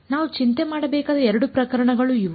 ನಾವು ಚಿಂತೆ ಮಾಡಬೇಕಾದ 2 ಪ್ರಕರಣಗಳು ಇವು